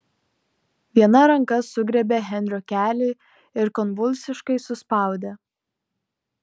viena ranka sugriebė henrio kelį ir konvulsiškai suspaudė